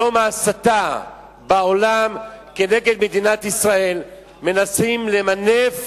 היום בהסתה בעולם כנגד מדינת ישראל, מנסים למנף